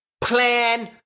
plan